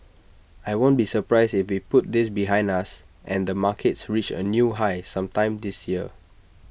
I won't be surprised if we put this behind us and the markets reach A new high sometime this year